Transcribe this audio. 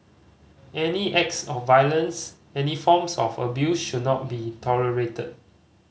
any acts of violence any forms of abuse should not be tolerated